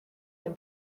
him